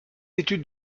études